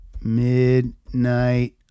Midnight